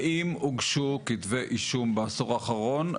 האם הוגשו כתבי אישום בעשור האחרון?